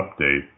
update